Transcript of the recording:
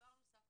ודבר נוסף,